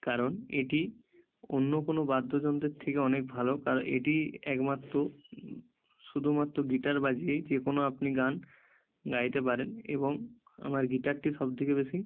কারণ এটি অন্য কোনো বাদ্যযন্ত্রের থেকে অনেক ভালো কারণ এটি একমাত্র শুধুমাত্র গিটার বাজিয়েই যে কোনো আপনি গান গাইতে পারেন এবং আমার গিটারটি সব থেকে বেশি